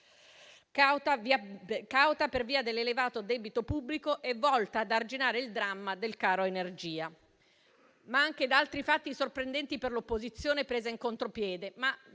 cauta per via dell'elevato debito pubblico e volta ad arginare il dramma del caro energia, ma anche altri fatti sorprendenti per l'opposizione, presa in contropiede,